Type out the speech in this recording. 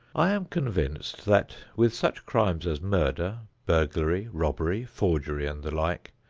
i am convinced that with such crimes as murder, burglary, robbery, forgery and the like,